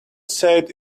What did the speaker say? said